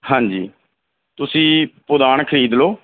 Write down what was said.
ਹਾਂਜੀ ਤੁਸੀਂ ਪੁਦਾਨ ਖਰੀਦ ਲਉ